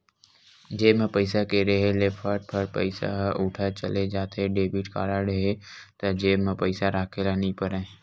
जेब म पइसा के रेहे ले फट फट पइसा ह उठत चले जाथे, डेबिट कारड हे त जेब म पइसा राखे ल नइ परय